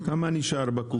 כמה נשאר בקופה?